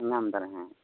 ᱧᱟᱢ ᱮᱫᱟᱞᱮ ᱦᱮᱸ